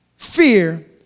Fear